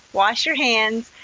wash your hands.